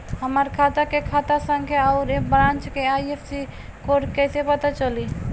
हमार खाता के खाता संख्या आउर ए ब्रांच के आई.एफ.एस.सी कोड कैसे पता चली?